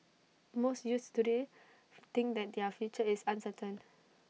most youths today think that their future is uncertain